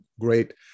great